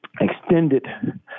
extended